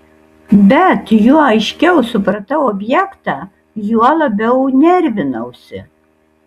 bet juo aiškiau supratau objektą juo labiau nervinausi